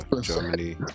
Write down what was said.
Germany